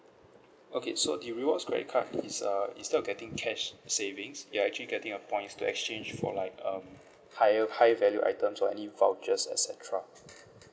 okay so the rewards credit card is a instead of getting cash savings you're actually getting a points to exchange for like um higher high value items or any vouchers et cetera